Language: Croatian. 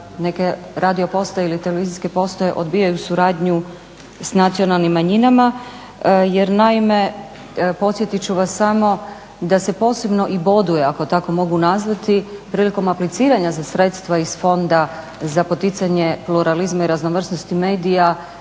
neke radiopostaje ili televizijske postaje odbijaju suradnju s nacionalnim manjinama jer naime podsjetit ću vas samo da se posebno i boduje, ako tako mogu nazvati, prilikom apliciranja za sredstva iz Fonda za poticanje pluralizma i raznovrsnosti medija,